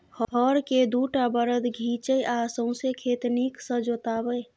हर केँ दु टा बरद घीचय आ सौंसे खेत नीक सँ जोताबै